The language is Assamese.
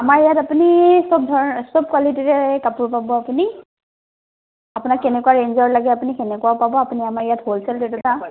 আমাৰ ইয়াত আপুনি চব চব কোৱালিটিৰে কাপোৰ পাব আপুনি আপোনাক কেনেকুৱা ৰেঞ্জৰ লাগে আপুনি তেনেকুৱাও পাব আপুনি আমাৰ ইয়াত হ'লছেল ৰেটতে